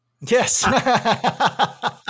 Yes